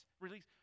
release